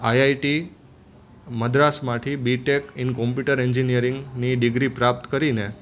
IIT મદ્રાસમાંથી BTech in computer એન્જીનીયરિંગની ડિગ્રી પ્રાપ્ત કરીને